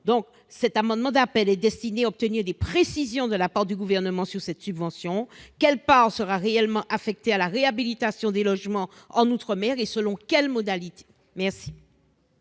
Cet amendement d'appel est destiné à obtenir des précisions de la part du Gouvernement sur cette subvention. Quelle part sera réellement affectée à la réhabilitation des logements outre-mer et selon quelles modalités ? Quel